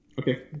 Okay